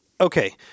Okay